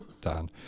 done